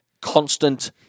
constant